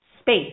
space